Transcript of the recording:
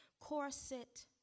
corset